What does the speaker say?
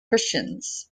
christians